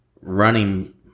running